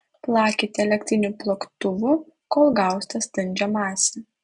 plakite elektriniu plaktuvu kol gausite standžią masę